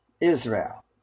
Israel